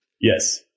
Yes